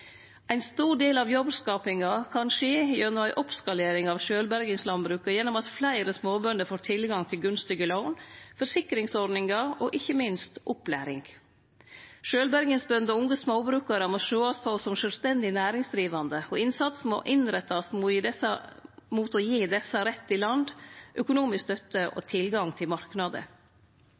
Ein stor del av jobbskapinga kan skje gjennom ei oppskalering av sjølvbergingslandbruket gjennom at fleire småbønder får tilgang til gunstige lån, forsikringsordningar og – ikkje minst – opplæring. Sjølvbergingsbønder og unge småbrukarar må sjåast på som sjølvstendig næringsdrivande, og innsatsen må innrettast mot å gi desse rett til land, økonomisk støtte og tilgang til marknader.